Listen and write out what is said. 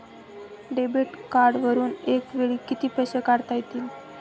Debit कार्डवरुन एका वेळी किती पैसे काढता येतात?